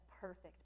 perfect